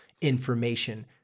information